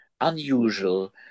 unusual